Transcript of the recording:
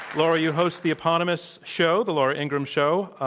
laura, you host the eponymous show, the laura ingraham show.